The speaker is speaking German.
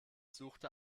suchte